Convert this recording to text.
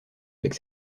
avec